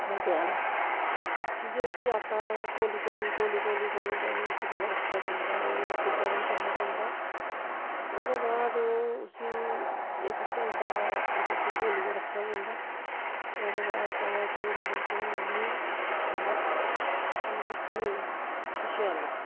मंडे आह्ला कि के उसी आटा घोली घोली घोली घोली घोली घोली उसी पैह्ले रक्खना पौंदा ओह् इक जान करना पौंदा ओह्दे बाद ओह् उसी इक घैंटा इक उसी घोलियै रक्खना पौंदा ओह्दे बाद तवा चाहिदा बिलकुल न्यू साफ होर प्लेन शीशे आह्ला लेखा